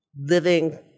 living